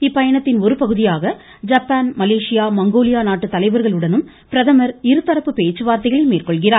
இப்பயணத்தின் ஒருபகுதியாக Japan Malaysia Mongolia நாட்டு தலைவர்களுடனும் பிரதமர் இருதரப்பு பேச்சுவார்த்தைகளை மேற்கொள்கிறார்